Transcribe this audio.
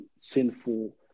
sinful